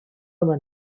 mewn